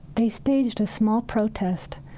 they staged a small protest.